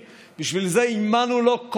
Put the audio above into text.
בשביל זה השקענו בו מיליונים רבים,